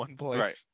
Right